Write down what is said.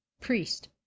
priest